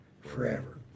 forever